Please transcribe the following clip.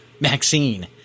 Maxine